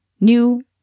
new